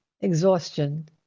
exhaustion